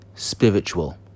spiritual